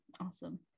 awesome